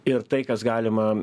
ir tai kas galima